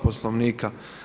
Poslovnika.